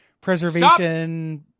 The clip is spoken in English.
Preservation